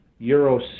euro